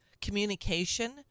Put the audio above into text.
communication